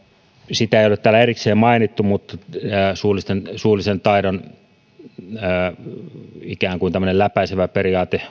sitä ei ole täällä erikseen mainittu mutta suullisen suullisen taidon ikään kuin tämmöinen läpäisevä periaate